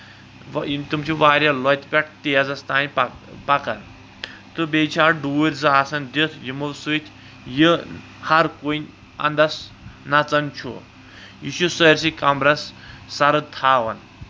تِم چھِ واریاہ لۄتۍ پٮ۪ٹھ تیزس تام پَکان تہٕ بیٚیہِ چھُ اَتھ ڈوٗرۍ زٕ آسان دِتھ یِمو سۭتۍ یہِ ہر کُنۍ اَنٛدس نَژان چھُ یہِ چھُ سٲرسی کَمبرَس سَرٕد تھاوان